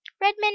Redmond